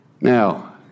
Now